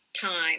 time